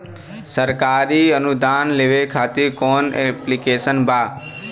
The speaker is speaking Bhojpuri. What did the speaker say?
सरकारी अनुदान लेबे खातिर कवन ऐप्लिकेशन बा?